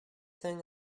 thing